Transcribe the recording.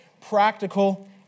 practical